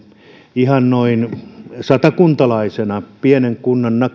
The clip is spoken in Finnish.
ihan noin satakuntalaisena pienen kunnan